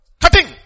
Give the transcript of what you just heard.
cutting